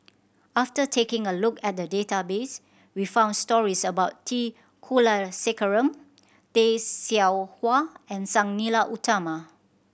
after taking a look at the database we found stories about T Kulasekaram Tay Seow Huah and Sang Nila Utama